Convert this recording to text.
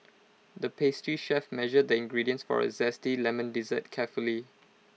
the pastry chef measured the ingredients for A Zesty Lemon Dessert carefully